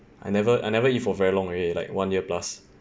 I never I never eat for very long already like one year plus